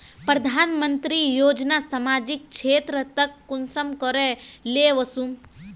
प्रधानमंत्री योजना सामाजिक क्षेत्र तक कुंसम करे ले वसुम?